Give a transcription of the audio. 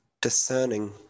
discerning